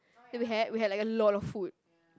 that we had we had a lot of food